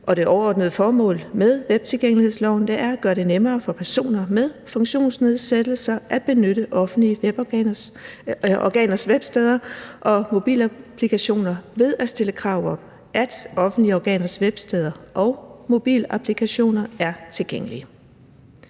det overordnede formål med webtilgængelighedsloven er at gøre det nemmere for personer med funktionsnedsættelser at benytte offentlige organers websteder og mobilapplikationer ved at stille krav om, at offentlige organers websteder og mobilapplikationer er tilgængelige.